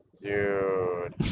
dude